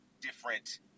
different